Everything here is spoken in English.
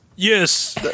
Yes